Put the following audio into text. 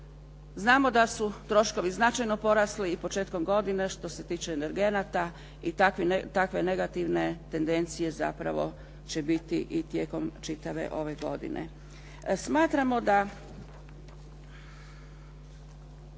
Znamo da su troškovi značajno porasli i početkom godine što se tiče energenata i takve negativne tedencije zapravo će biti i tijekom čitave ove godine. Smatramo da